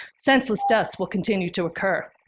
senseless deaths will continue to occur,